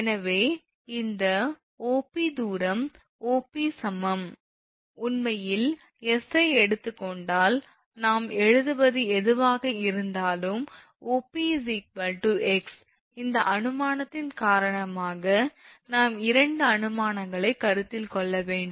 எனவே இந்த 𝑂𝑃 தூரம் 𝑂𝑃 சமம் உண்மையில் 𝑠 ஐ எடுத்துக் கொண்டால் நாம் எழுதுவது எதுவாக இருந்தாலும் 𝑂𝑃 x இந்த அனுமானத்தின் காரணமாக நாம் இரண்டு அனுமானங்களை கருத்தில் கொள்ள வேண்டும்